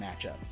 matchup